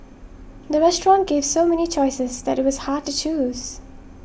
the restaurant gave so many choices that it was hard to choose